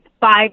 five